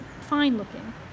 fine-looking